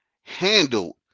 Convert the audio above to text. handled